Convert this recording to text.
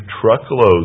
truckloads